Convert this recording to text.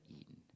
eaten